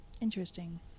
Interesting